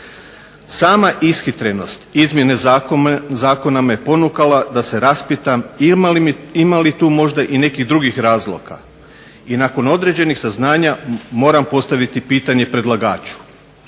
Sama ishitrenost izmjene zakona me ponukala da se raspitam ima li tu možda i nekih drugih razloga i nakon određenih saznanja moram postaviti pitanje predlagaču.